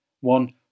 One